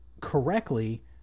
correctly